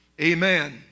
Amen